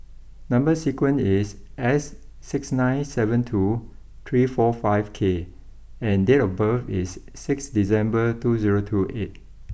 number sequence is S six nine seven two three four five K and date of birth is six December two zero two eight